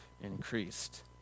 increased